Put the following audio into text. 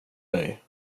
dig